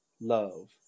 love